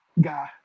Guy